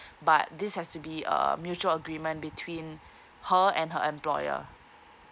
but this has to be a mutual agreement between her and her employer